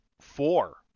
four